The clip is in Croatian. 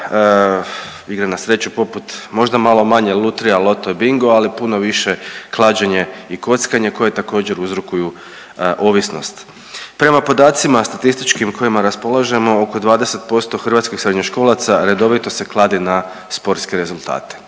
igre na sreću poput možda malo manje lutrija, loto i bingo ali puno više klađenje i kockanje koje također uzrokuju ovisnost. Prema podacima statističkim kojima raspolažemo oko 20% hrvatskih srednjoškolaca redovito se kladi na sportske rezultate.